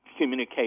communicate